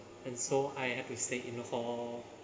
and so I had to stay in a hall